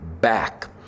back